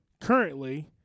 currently